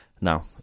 Now